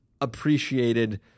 appreciated